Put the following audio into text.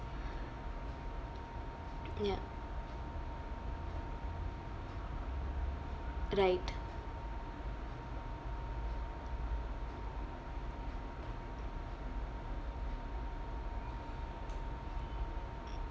ya right